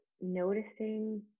noticing